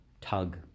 tug